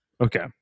Okay